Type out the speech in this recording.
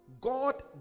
god